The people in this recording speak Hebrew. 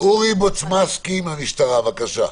אורי בוצ'ומינסקי מהמשטרה, בבקשה.